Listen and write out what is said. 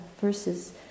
verses